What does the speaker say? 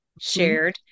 shared